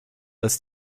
als